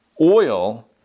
oil